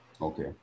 Okay